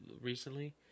recently